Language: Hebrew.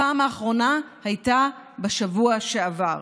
הפעם האחרונה הייתה בשבוע שעבר.